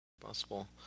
possible